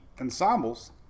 ensembles